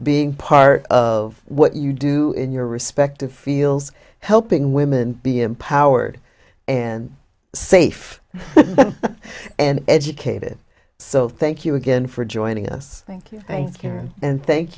being part of what you do in your respective fields helping women be empowered and safe and educated so thank you again for joining us thank you thank you and thank